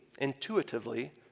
intuitively